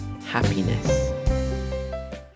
happiness